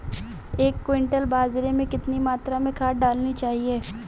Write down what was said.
एक क्विंटल बाजरे में कितनी मात्रा में खाद डालनी चाहिए?